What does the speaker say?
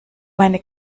meine